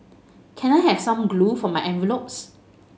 can I have some glue for my envelopes